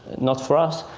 not for us.